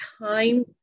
time